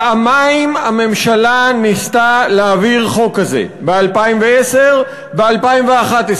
פעמיים הממשלה ניסתה להעביר חוק כזה: ב-2010 וב-2011,